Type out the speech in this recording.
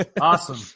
Awesome